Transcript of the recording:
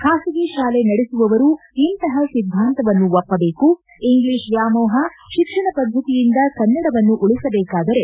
ಖಾಸಗಿ ಶಾಲೆ ನಡೆಸುವವರೂ ಇಂತಪ ಸಿದ್ಗಾಂತವನ್ನು ಒಪ್ಪಬೇಕುಇಂಗ್ಲಿಷ್ ವ್ವಾಮೋಹ ಶಿಕ್ಷಣ ಪದ್ದತಿಯಿಂದ ಕನ್ನಡವನ್ನು ಉಳಿಸಬೇಕಾದರೆ